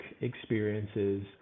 experiences